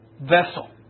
vessel